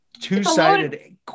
two-sided